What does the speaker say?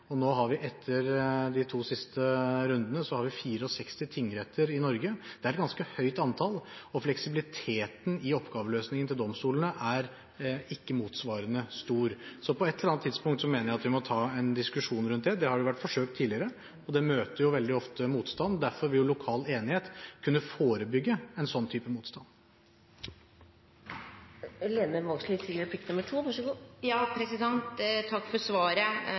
og etter de to siste rundene har vi 64 tingretter i Norge. Det er et ganske høyt antall, og fleksibiliteten i oppgaveløsningen til domstolene er ikke motsvarende stor. Så på et eller annet tidspunkt mener jeg at vi må ta en diskusjon rundt det. Det har vært forsøkt tidligere, og det møter veldig ofte motstand. Derfor vil lokal enighet kunne forebygge en sånn type motstand.